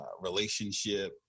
relationship